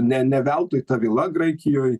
ne ne veltui ta vila graikijoj